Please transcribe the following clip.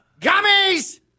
Gummies